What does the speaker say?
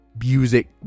music